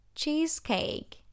cheesecake